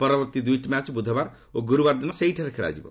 ପରବର୍ତ୍ତୀ ଦୁଇଟି ମ୍ୟାଚ୍ ବ୍ରଧବାର ଓ ଗୁରୁବାର ଦିନ ସେହିଠାରେ ଖେଳାଯିବ